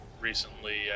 recently